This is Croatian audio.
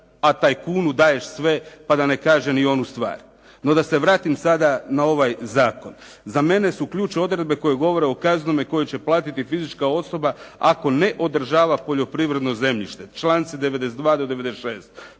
a tajkunu daješ sve pa da ne kažem i onu stvar. No da se vratim sada na ovaj zakon. Za mene su ključ odredbe koje govore o kaznama koje će platiti fizička osoba ako ne održava poljoprivredno zemljište. Članci 92. do 96.